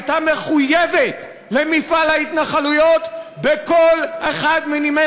הייתה מחויבת למפעל ההתנחלויות בכל אחד מנימי